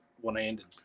one-handed